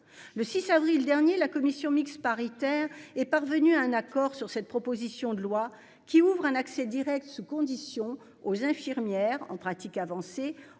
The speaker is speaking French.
le 6 avril dernier, la commission mixte paritaire est parvenue à un accord sur cette proposition de loi qui ouvre un accès Direct sous conditions aux infirmières en pratique avancée